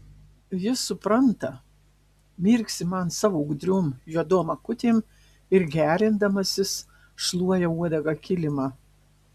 jis supranta mirksi man savo gudriom juodom akutėm ir gerindamasis šluoja uodega kilimą